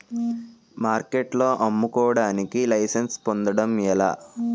మార్కెట్లో అమ్ముకోడానికి లైసెన్స్ పొందడం ఎలా?